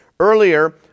Earlier